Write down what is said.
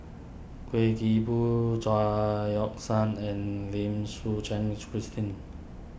Kuik Boon Chao Yoke San and Lim Suchen Christine